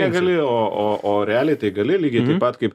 negali o o o o realiai tai gali lygiai taip pat kaip